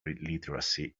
literacy